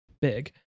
big